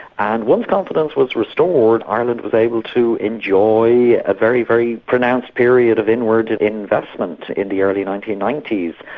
and once confidence was restored, ireland was able to enjoy a very, very pronounced period of inward investment in the early nineteen ninety s.